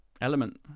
element